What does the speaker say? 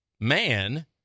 man